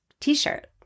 t-shirt